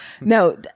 no